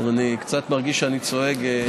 אני קצת מרגיש שאני צועק.